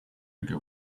bigger